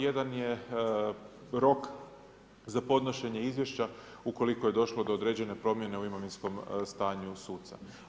Jedan je rok za podnošenje izvješća ukoliko je došlo do određene promjene u imovinskom stanju suca.